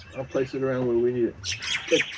i'll place it around where we need it.